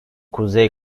kuzey